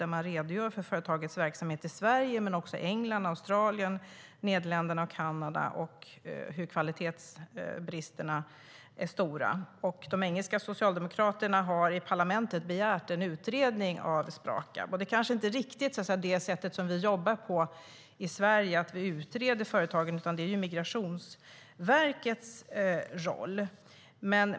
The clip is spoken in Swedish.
Här redogörs för företagets verksamhet i Sverige, England, Australien, Nederländerna och Kanada och de stora kvalitetsbristerna. De engelska socialdemokraterna har i parlamentet begärt en utredning av Sprakab.Att utreda företagen är kanske inte riktigt det sätt vi jobbar på i Sverige, utan det är Migrationsverkets roll.